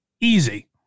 Easy